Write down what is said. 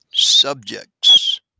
subjects